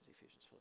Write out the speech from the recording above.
ephesians